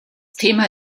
thema